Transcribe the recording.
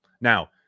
Now